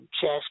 chest